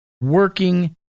working